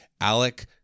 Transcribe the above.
Alec